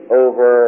over